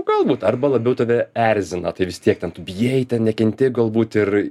galbūt arba labiau tave erzina tai vis tiek ten tu bijai ten nekenti galbūt ir